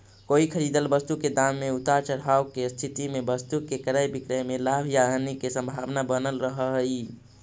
कोई खरीदल वस्तु के दाम में उतार चढ़ाव के स्थिति में वस्तु के क्रय विक्रय में लाभ या हानि के संभावना बनल रहऽ हई